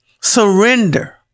surrender